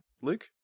Luke